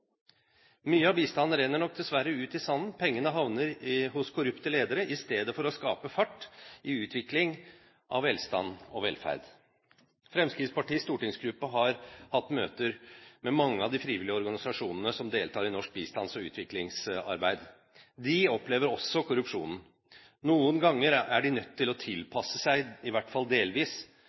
Mye av bistanden renner nok dessverre ut i sanden, pengene havner hos korrupte ledere i stedet for å skape fart i utvikling av velstand og velferd. Fremskrittspartiets stortingsgruppe har hatt møter med mange av de frivillige organisasjonene som deltar i norsk bistands- og utviklingsarbeid. De opplever også korrupsjonen. Noen ganger er de nødt til å tilpasse seg, i hvert fall delvis,